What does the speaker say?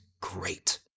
great